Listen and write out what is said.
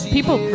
People